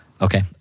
Okay